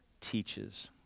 teaches